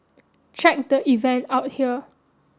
check the event out here